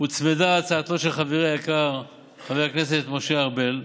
הוצמדה הצעתו של חברי היקר חבר הכנסת משה ארבל,